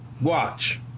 Watch